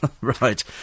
Right